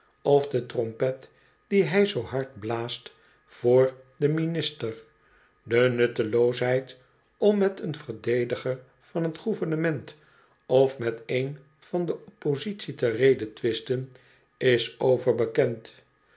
of de trompet die hij zoo hard blaast voor den minister de nutteloosheid om met een verdediger van t gouvernement of met een van de oppositie te redetwisten is overbekend